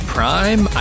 Prime